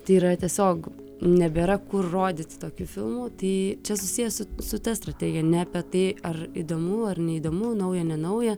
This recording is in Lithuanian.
tai yra tiesiog nebėra kur rodyti tokių filmų tai čia susijęs su ta strategija ne apie tai ar įdomu ar neįdomu naują nenaują